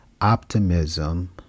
Optimism